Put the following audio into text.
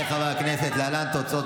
ההצעה להעביר את הצעת